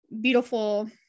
beautiful